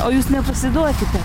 o jūs nepasiduokite